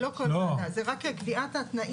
זה לא כל בן אדם, זה רק קביעת התנאים.